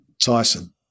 Tyson